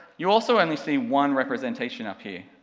you also only see one representation up here,